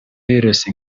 virus